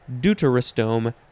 deuterostome